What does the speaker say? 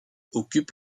occupe